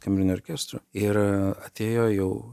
kameriniu orkestru ir atėjo jau